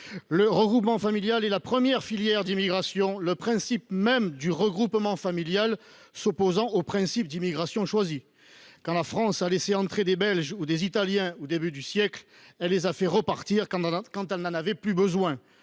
Le regroupement familial est la première filière d’immigration, son principe même s’opposant au principe d’immigration choisie. Quand la France a laissé entrer des Belges ou des Italiens au début du siècle dernier, elle les a fait repartir quand elle n’en a plus eu besoin.